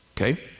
Okay